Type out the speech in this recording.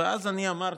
ואז אני אמרתי,